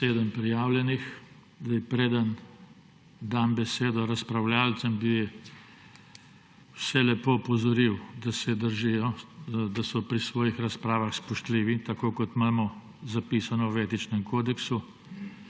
Preden dam besedo razpravljavcem, bi vse lepo opozoril, da ste pri svojih razpravah spoštljivi, tako kot imamo zapisano v etičnem kodeksu,